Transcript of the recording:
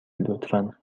لطفا